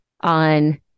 on